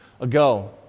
ago